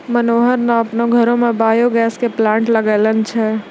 मनोहर न आपनो घरो मॅ बायो गैस के प्लांट लगैनॅ छै